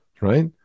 right